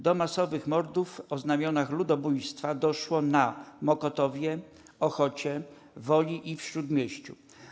Do masowych mordów o znamionach ludobójstwa doszło na: Mokotowie, Ochocie, Woli i w Śródmieściu.